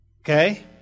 Okay